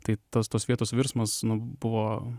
tai tas tos vietos virsmas buvo